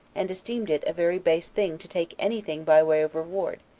and esteemed it a very base thing to take any thing by way of reward,